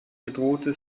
bedrohte